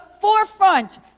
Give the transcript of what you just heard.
forefront